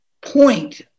point